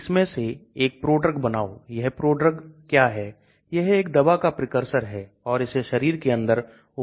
इसे देखें इसे एक polyene macrolide कहां जाता है यह एक विशाल संरचना है इसलिए इसे macrolide कहा जाता है